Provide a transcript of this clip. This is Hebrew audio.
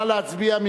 נא להצביע.